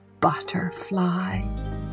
butterfly